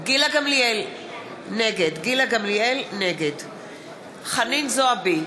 גילה גמליאל, נגד חנין זועבי,